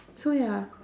so ya